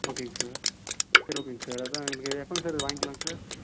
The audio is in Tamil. ஓகேங்க சார் சரி ஓகேங்க சார் அதான் எங்களுக்கு எப்போங்க சார் இது வாங்கிக்கலாங்க சார்